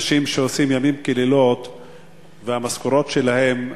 אנשים שעושים לילות כימים והמשכורות שלהם,